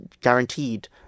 guaranteed